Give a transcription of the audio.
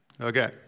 Okay